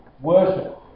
worship